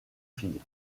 filles